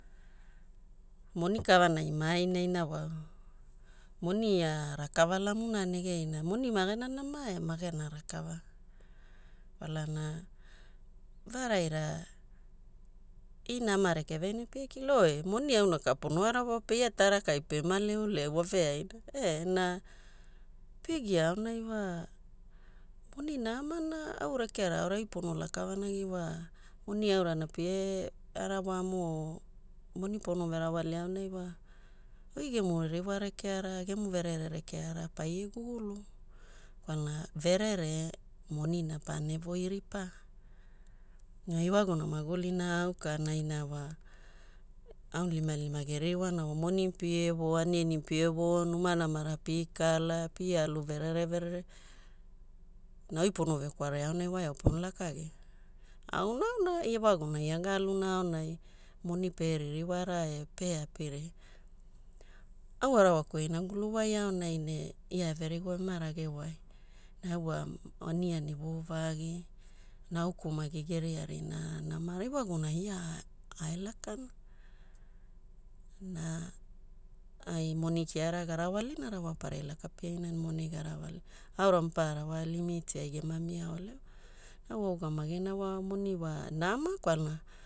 Moni kavanai mae inaina wau. Moni wa ia rakava lamuna negeina, moni magena nama e magena rakava kwalana varaira ina e ama eveaina pie kila. oe moni auna ka pono arawa pe ia tarakai pema leu pe woveaina e na pe gia aonai wa moni namana au rekea aorai pono laka vanagi wa, moni aurana pie arawamu o moni pono verawalia aonai wa oi emu ririwa aura rekea gemu verere rekea paie gugulu kwalwna verere moni paene voi ripa. Ne ewagumona magulina aukana naina wa, aunilimalima geririwana wa moni pie vo, aniani pie vo, numa nanamara pie kala, pie alu verere verere, ne oi pono vekwarea aonai wa voeau pono lakagia. Auna auna ewagumona ia galuna aonai moni pie ririwara e pe apiria. Au arawaku e inagulu wai aonai ne ia everigowai e emerage wai, ne au wa aniani vovagi, nauku maki geria rinaa namara ewagumona ia ae lakana na ai moni kiara garawalina rawaparai e laka piaina ne moni garawalina aura maparara limitiai gema mia ole wa. na augamagina wa moni wa nama kwalana